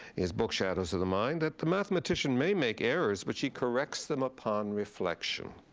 his book shadows of the mind, that the mathematician may make errors, but she corrects them upon reflection.